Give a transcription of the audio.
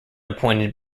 appointed